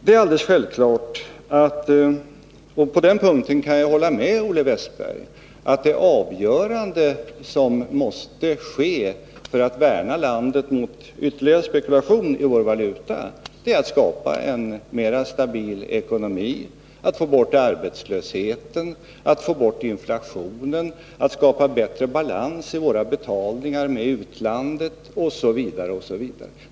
Det är alldeles självklart — och på den punkten kan jag hålla med Olle Wästberg — att det avgörande för att värna landet mot ytterligare spekulation i vår valuta är att skapa en mera stabil ekonomi, få bort arbetslösheten, få bort inflationen, skapa bättre balans i våra betalningar med utlandet osv.